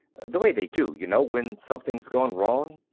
the way they do, you know, when something's gone wrong.